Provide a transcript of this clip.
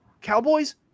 Cowboys